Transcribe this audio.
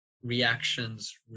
reactions